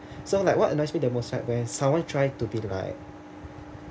so like what annoys me the most is when someone trying to be to like